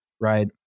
right